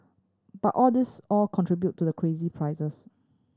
but all these all contribute to the crazy prices